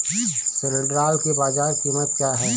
सिल्ड्राल की बाजार में कीमत क्या है?